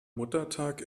muttertag